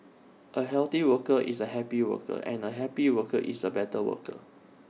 A healthy worker is A happy worker and A happy worker is A better worker